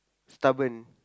stubborn